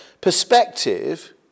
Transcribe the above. perspective